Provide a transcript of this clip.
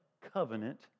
covenant